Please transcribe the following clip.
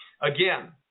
Again